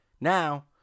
now